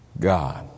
God